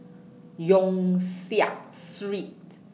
Yong Siak Street